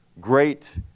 great